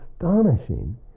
astonishing